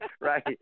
Right